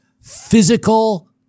physical